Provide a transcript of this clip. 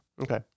Okay